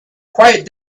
quiet